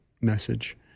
message